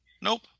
nope